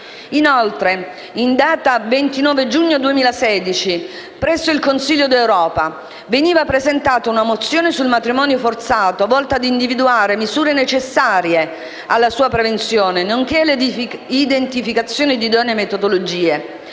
Inoltre, in data 29 giugno 2016, presso il Consiglio d'Europa veniva presentata una mozione sul matrimonio forzato volta ad individuare misure necessarie alla sua prevenzione nonché all'identificazione di idonee metodologie,